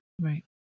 Right